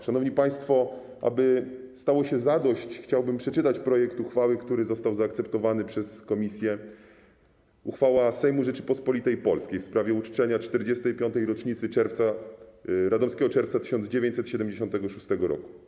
Szanowni państwo, aby stało się zadość, chciałbym przeczytać projekt uchwały, którzy został zaakceptowany przez komisję: „Uchwała Sejmu Rzeczypospolitej Polskiej w sprawie uczczenia 45. rocznicy Radomskiego Czerwca 1976 roku.